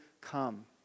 come